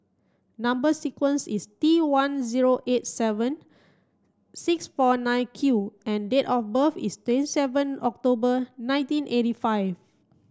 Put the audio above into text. number sequence is T one zero eight seven six four nine Q and date of birth is twenty seven October nineteen eighty five